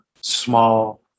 small